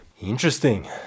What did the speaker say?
Interesting